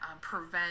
prevent